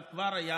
הוא כבר היה